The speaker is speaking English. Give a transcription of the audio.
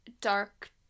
dark